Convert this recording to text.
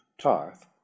tarth